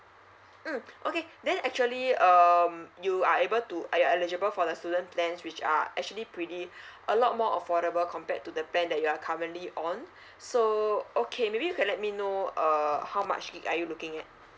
mm okay then actually um you are able to uh you eligible for the student plans which are actually pretty a lot more affordable compared to the plan that you are currently on so okay maybe you can let me know err how much G_B are you looking at